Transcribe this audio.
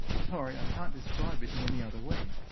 sorry, i can't describe it in any other way.